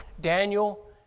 Daniel